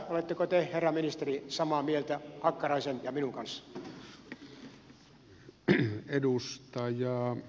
oletteko te herra ministeri samaa mieltä hakkaraisen ja minun kanssani